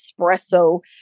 espresso